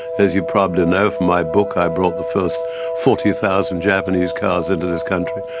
as you probably know from my book, i brought the first forty thousand japanese cars into this country.